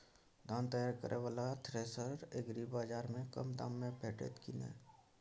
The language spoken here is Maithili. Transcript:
धान तैयार करय वाला थ्रेसर एग्रीबाजार में कम दाम में भेटत की नय?